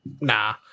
nah